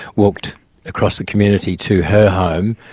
walked across the community to her home,